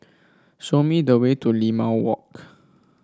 show me the way to Limau Walk